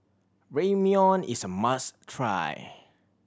Ramyeon is a must try